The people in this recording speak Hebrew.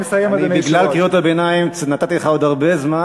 בגלל קריאות הביניים נתתי לך עוד הרבה זמן,